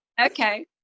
Okay